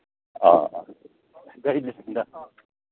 ꯑꯥ ꯑꯥ